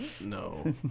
No